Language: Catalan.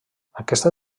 aquesta